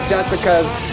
Jessica's